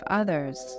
others